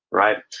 right?